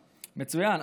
מצוין.